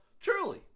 Truly